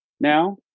now